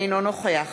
אינו נוכח